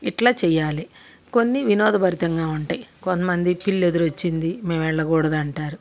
ఇట్లా చేయాలి కొన్ని వినోదభరితంగా ఉంటయి కొంతమంది పిల్లి ఎదురొచ్చింది మేము వెళ్ళకూడదంటారు